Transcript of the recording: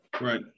Right